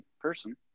person